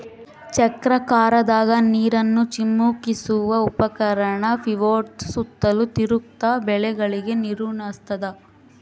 ಚಕ್ರಾಕಾರದಾಗ ನೀರನ್ನು ಚಿಮುಕಿಸುವ ಉಪಕರಣ ಪಿವೋಟ್ಸು ಸುತ್ತಲೂ ತಿರುಗ್ತ ಬೆಳೆಗಳಿಗೆ ನೀರುಣಸ್ತಾದ